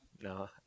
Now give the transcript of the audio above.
No